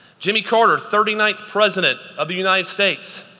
jimmy carter, thirty ninth president of the united states,